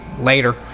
later